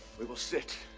we will sit